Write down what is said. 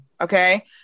Okay